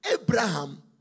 Abraham